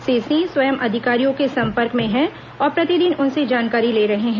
श्री सिंह स्वयं अधिकारियों के संपर्क में है और प्रतिदिन उनसे जानकारी ले रहे हैं